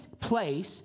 place